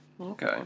Okay